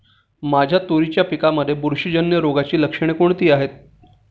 माझ्या तुरीच्या पिकामध्ये बुरशीजन्य रोगाची लक्षणे कोणती आहेत?